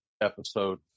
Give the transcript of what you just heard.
episode